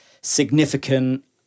significant